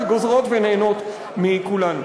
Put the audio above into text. שגוזרות ונהנות מכולנו.